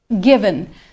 given